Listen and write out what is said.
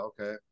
okay